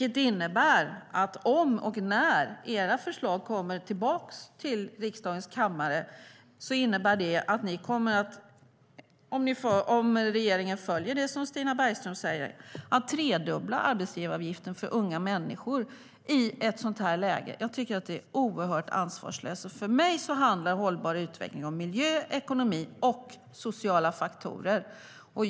Det innebär att ni - om och när era förslag kommer tillbaka till riksdagens kammare och regeringen följer det Stina Bergström säger - kommer att tredubbla arbetsgivaravgiften för unga människor, i ett sådant här läge. Jag tycker att det är oerhört ansvarslöst. För mig handlar hållbar utveckling om miljö, ekonomi och sociala faktorer.